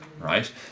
right